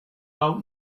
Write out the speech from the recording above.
out